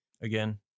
again